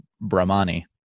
Brahmani